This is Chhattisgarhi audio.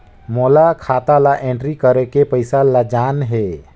मोला खाता ला एंट्री करेके पइसा ला जान हे?